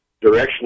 direction